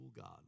God